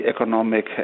economic